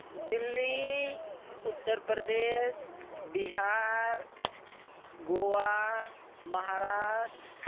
Delhi ᱩᱛᱛᱩᱨᱯᱨᱚᱫᱮᱥ Bihar Goa ᱢᱟᱦᱟᱨᱟᱥᱴᱚ